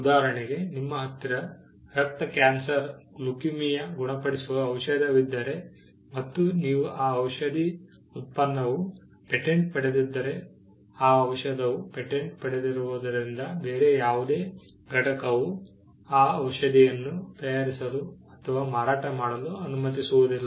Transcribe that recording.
ಉದಾರಣೆಗೆ ನಿಮ್ಮ ಹತ್ತಿರ ರಕ್ತ ಕ್ಯಾನ್ಸರ್ ಗುಣಪಡಿಸುವ ಔಷಧವಿದ್ದರೆ ಮತ್ತು ನೀವು ಆ ಔಷಧಿ ಉತ್ಪನ್ನವು ಪೇಟೆಂಟ್ ಪಡೆದಿದ್ದರೆ ಆ ಔಷಧವು ಪೇಟೆಂಟ್ ಪಡೆದಿರುವುದರಿಂದ ಬೇರೆ ಯಾವುದೇ ಘಟಕವು ಆ ಔಷಧಿಯನ್ನು ತಯಾರಿಸಲು ಅಥವಾ ಮಾರಾಟ ಮಾಡಲು ಅನುಮತಿಸುವುದಿಲ್ಲ